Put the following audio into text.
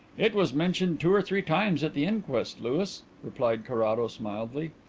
it was mentioned two or three times at the inquest, louis, replied carrados mildly.